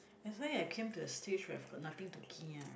that's why I came to a stage where I've got nothing to kia right